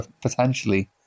potentially